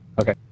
Okay